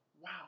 wow